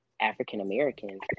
African-Americans